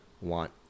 want